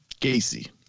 Gacy